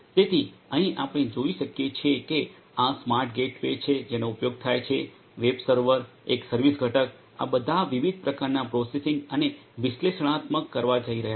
તેથી અહીં આપણે જોઈ શકીએ કે આ સ્માર્ટ ગેટવે છે જેનો ઉપયોગ થાય છે વેબ સર્વર એક સર્વિસ ઘટક આ બધાં વિવિધ પ્રકારનાં પ્રોસેસિંગ અને વિશ્લેષણાત્મક કરવા જઈ રહ્યા છે